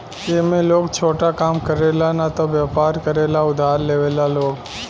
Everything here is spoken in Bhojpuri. ए में लोग छोटा काम करे ला न त वयपर करे ला उधार लेवेला लोग